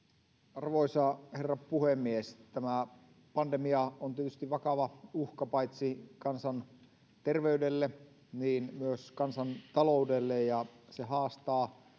arvoisa herra puhemies tämä pandemia on tietysti vakava uhka paitsi kansanterveydelle myös kansantaloudelle se haastaa